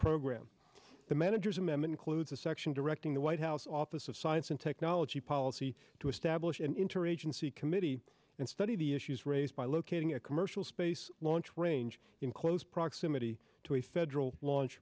program the manager's amendment clutha section directing the white house office of science and technology policy to establish an interagency committee and study the issues raised by locating a commercial space launch range in close proximity to a federal launch